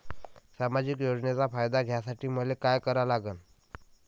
सामाजिक योजनेचा फायदा घ्यासाठी मले काय लागन?